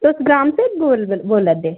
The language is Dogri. तुस ग्राम सेवक बोल बोल्लै दे